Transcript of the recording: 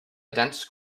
dense